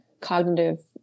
cognitive